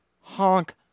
Honk